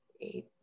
Eight